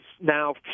now